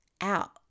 out